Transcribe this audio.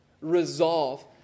resolve